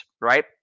right